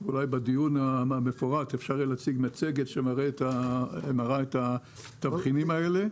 אולי בדיון המפורט אפשר יהיה להציג מצגת שתראה את התבחינים האלה